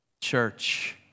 Church